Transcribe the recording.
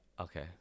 Okay